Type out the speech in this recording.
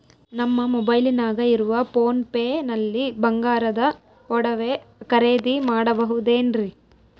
ನಮ್ಮ ಮೊಬೈಲಿನಾಗ ಇರುವ ಪೋನ್ ಪೇ ನಲ್ಲಿ ಬಂಗಾರದ ಒಡವೆ ಖರೇದಿ ಮಾಡಬಹುದೇನ್ರಿ?